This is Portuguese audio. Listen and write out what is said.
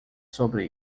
sobre